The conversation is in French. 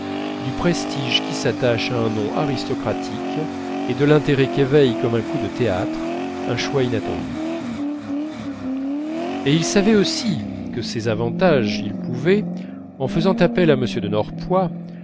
du prestige qui s'attache à un nom aristocratique et de l'intérêt qu'éveille comme un coup de théâtre un choix inattendu et ils savaient aussi que ces avantages ils pouvaient en faisant appel à m de